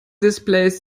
displays